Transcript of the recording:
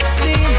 see